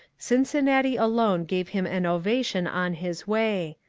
cincinnati alone gave him an ovation on his way.